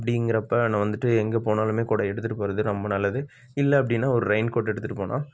அப்படிங்கிறப்ப நாம் வந்துட்டு எங்கே போனாலுமே குடை எடுத்துகிட்டு போகிறது ரொம்ப நல்லது இல்லை அப்படினா ஒரு ரெயின் கோட் எடுத்துகிட்டு போனால்